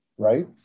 right